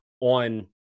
on